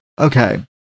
Okay